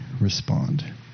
respond